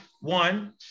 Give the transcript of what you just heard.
one